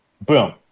Boom